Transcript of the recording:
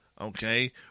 Okay